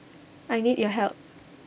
I need your help